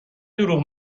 دروغ